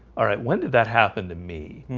all right, when did that happen to me?